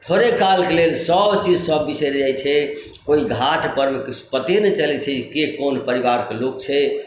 थोड़ेक काल लेल सभ चीज सभ बिसरि जाइत छै ओहि घाट पर किछु पते नहि चलैत छै कि केँ कोन परिवारके लोक छै